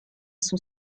son